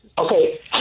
Okay